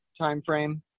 timeframe